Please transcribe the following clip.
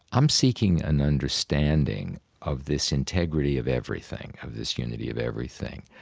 i'm seeking an understanding of this integrity of everything, of this unity of everything,